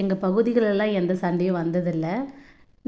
எங்கள் பகுதிகளெல்லாம் எந்த சண்டையும் வந்ததில்லை